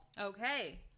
Okay